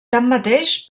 tanmateix